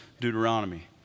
Deuteronomy